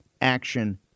action